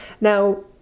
Now